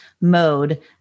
mode